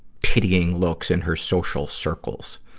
pitying looks in her social circles.